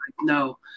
no